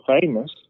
Famous